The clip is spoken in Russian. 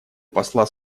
посла